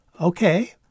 Okay